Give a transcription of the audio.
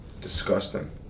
Disgusting